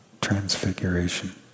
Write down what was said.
transfiguration